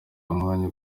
umwanya